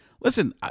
Listen